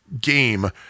game